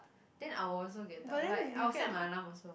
then I will also get up like I will set my alarm also